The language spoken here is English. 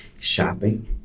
shopping